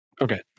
Okay